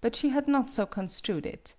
but she had not so con strued it.